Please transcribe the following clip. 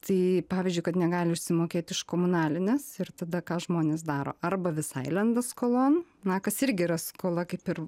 tai pavyzdžiui kad negali išsimokėti už komunalines ir tada ką žmonės daro arba visai lenda skolon na kas irgi yra skola kaip ir